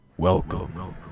Welcome